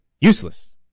useless